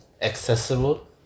accessible